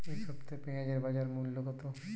এ সপ্তাহে পেঁয়াজের বাজার মূল্য কত?